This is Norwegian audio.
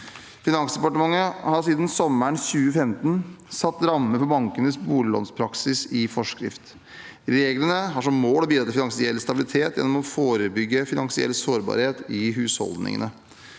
Finansdepartementet har siden sommeren 2015 satt rammer for bankenes boliglånspraksis i forskrift. Reglene har som mål å bidra til finansiell stabilitet gjennom å forebygge finansiell sårbarhet i husholdningene.